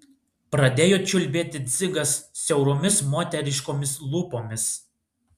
pradėjo čiulbėti dzigas siauromis moteriškomis lūpomis